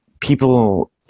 people